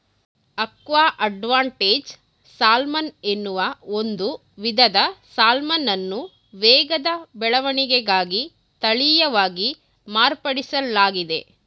aqua advantage salmon ಎನ್ನುವ ಒಂದು ವಿಧದ ಸಾಲ್ಮನನ್ನು ವೇಗದ ಬೆಳವಣಿಗೆಗಾಗಿ ತಳೀಯವಾಗಿ ಮಾರ್ಪಡಿಸ್ಲಾಗಿದೆ